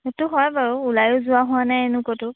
সেইটো হয় বাৰু ওলায়ো যোৱা হোৱা নাই এনেও ক'তো